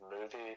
movie